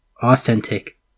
authentic